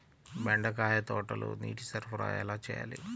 బెండకాయ తోటలో నీటి సరఫరా ఎలా చేయాలి?